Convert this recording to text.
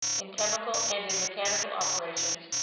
in chemical and in mechanical operations,